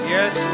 Yes